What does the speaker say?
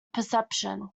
perception